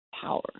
power